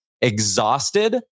exhausted